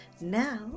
now